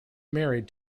married